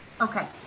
Okay